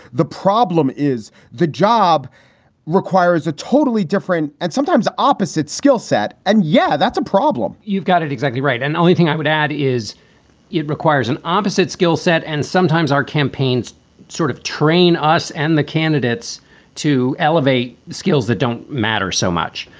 the problem is the job requires a totally different and sometimes opposite skill set. and yeah, that's a problem you've got it exactly right. and the only thing i would add is it requires an opposite skill set. and sometimes our campaigns sort of train us and the candidates to elevate skills that don't matter so much.